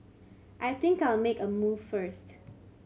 I think I'll make a move first